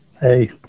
Hey